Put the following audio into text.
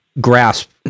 grasp